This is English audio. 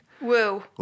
Woo